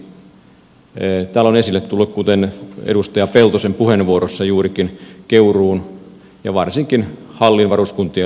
täällä on esille tullut esimerkiksi edustaja peltosen puheenvuorossa juurikin keuruun ja varsinkin hallin varuskuntien lakkauttaminen